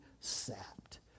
sapped